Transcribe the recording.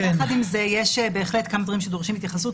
יחד עם זה, יש בהחלט כמה דברים שדורשים התייחסות.